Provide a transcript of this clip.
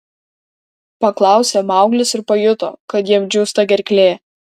paklausė mauglis ir pajuto kad jam džiūsta gerklė